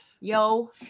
yo